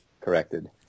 corrected